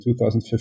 2015